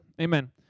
Amen